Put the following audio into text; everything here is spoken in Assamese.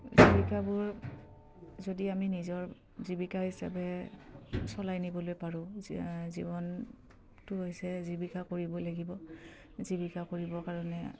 জীৱিকাবোৰ যদি আমি নিজৰ জীৱিকা হিচাপে চলাই নিবলৈ পাৰোঁ জীৱনটো হৈছে জীৱিকা কৰিব লাগিব জীৱিকা কৰিবৰ কাৰণে